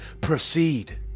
Proceed